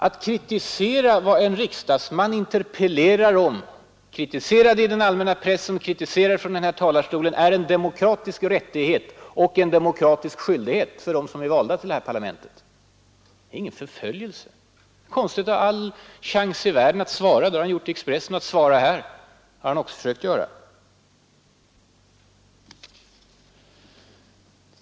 Att kritisera vad en riksdagsman interpellerar om, att kritisera det i pressen och från denna talarstol, är en demokratisk rättighet och en demokratisk skyldighet för dem som är valda till detta parlament. Det är ingen förföljelse. Herr Komstedt har alla chanser i världen att svara. Det har han gjort i Expressen, och det kan han göra här. Det har han också försökt att göra.